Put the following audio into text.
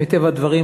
מטבע הדברים,